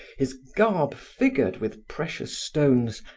his garb figured with precious stones,